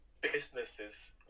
businesses